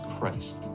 Christ